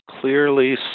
clearly